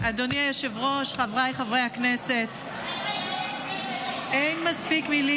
27 בעד , 46 מתנגדים, אין נמנעים.